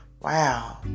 wow